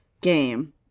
game